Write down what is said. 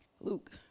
Luke